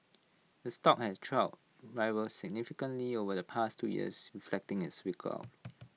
its stock has trailed rivals significantly over the past two years reflecting its weaker outlook